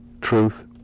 truth